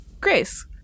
Grace